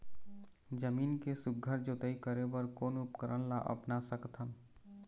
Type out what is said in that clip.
जमीन के सुघ्घर जोताई करे बर कोन उपकरण ला अपना सकथन?